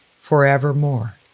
forevermore